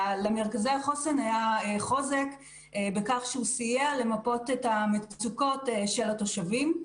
למרכזי החוסן היה חוזק בכך שהם סייעו למפות את המצוקות של התושבים.